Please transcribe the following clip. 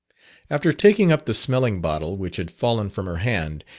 after taking up the smelling bottle which had fallen from her hand,